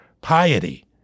piety